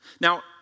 Now